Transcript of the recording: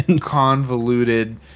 convoluted